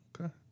Okay